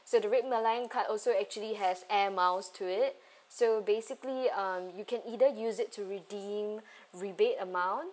so the red malayan card also actually has air miles to it so basically um you can either use it to redeem rebate amount